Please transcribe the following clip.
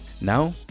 Now